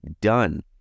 done